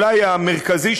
אולי המרכזי,